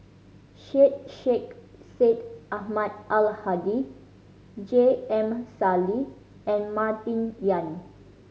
Syed Sheikh Syed Ahmad Al Hadi J M Sali and Martin Yan